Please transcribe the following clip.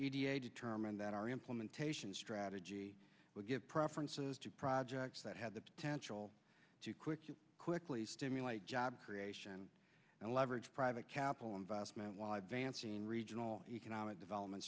outset determined that our implementation strategy will give preferences to projects that have the potential to quickly quickly stimulate job creation and leverage private capital investment why van seen regional economic development